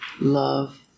love